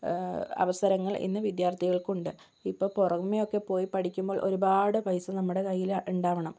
അവസരങ്ങൾ ഇന്ന് വിദ്യാർത്ഥികൾക്ക് ഉണ്ട് ഇപ്പം പുറമെ ഒക്കെ പോയി പഠിക്കുമ്പോൾ ഒരുപാട് പൈസ നമ്മുടെ കയ്യിൽ ഉണ്ടാവണം